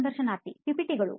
ಸಂದರ್ಶನಾರ್ಥಿPPTಗಳು